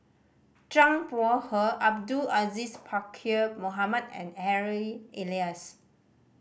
Zhang Bohe Abdul Aziz Pakkeer Mohamed and Harry Elias